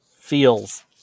feels